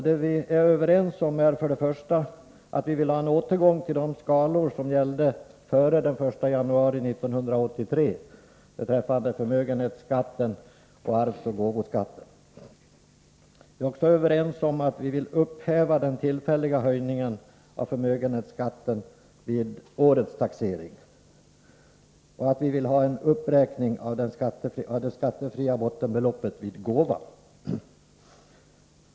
Det vi är överens om är att vi vill ha en återgång till de skatteskalor som gällde före den 1 januari 1983 beträffande förmögenhets skatten och arvsoch gåvoskatten. Vi är också överens om att man bör upphäva den tillfälliga höjningen av förmögenhetsskatten vid årets taxering. Vi vill ha en uppräkning av det skattefria bottenbeloppet vid gåva.